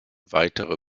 weitere